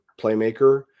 playmaker